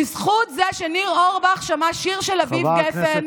בזכות זה שניר אורבך שמע שיר של אביב גפן,